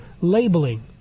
labeling